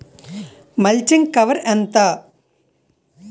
Mulching cover ఎంత?